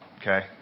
Okay